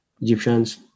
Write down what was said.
Egyptians